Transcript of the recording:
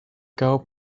girl